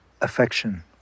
affection